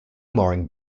mooring